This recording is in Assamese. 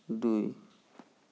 দুই